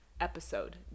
episode